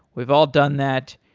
we've all done that,